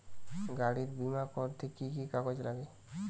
গাড়ীর বিমা করতে কি কি কাগজ লাগে?